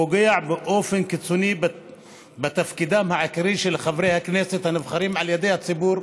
פוגע באופן קיצוני בתפקידם העיקרי של חברי הכנסת הנבחרים על ידי הציבור,